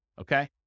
Okay